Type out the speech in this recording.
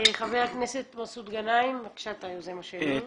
חבר הכנסת מסעוד גנאים, בבקשה, אתה היוזם השני.